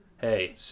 Hey